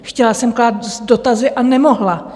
Chtěla jsem klást dotazy a nemohla.